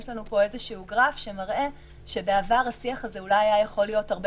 יש לנו פה איזשהו גרף שמראה שבעבר השיח הזה אולי היה יכול להיות הרבה